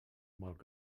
molt